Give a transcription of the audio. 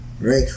Right